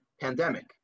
pandemic